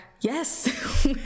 Yes